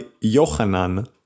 Yohanan